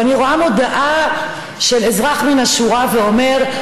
ואני רואה מודעה של אזרח מן השורה שאומר: